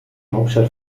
hauptstadt